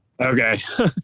Okay